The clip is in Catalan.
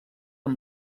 amb